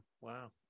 Wow